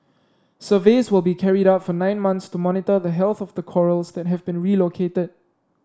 surveys will be carried out for nine months to monitor the health of the corals that have been relocated